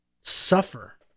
Suffer